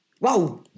Wow